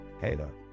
Halo